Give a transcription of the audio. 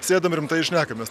sėdam rimtai ir šnekamės